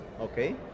Okay